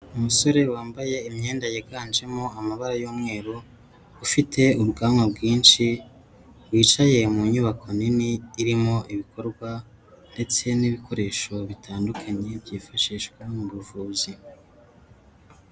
Umusore wambaye imyenda yiganjemo amabara y'umweru, ufite ubwanwa bwinshi, wicaye mu nyubako nini irimo ibikorwa ndetse n'ibikoresho bitandukanye byifashishwa mu buvuzi.